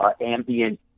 ambient